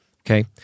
okay